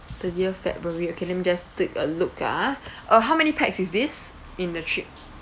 twentieth february okay let me just take a look ah uh how many pax is this in the trip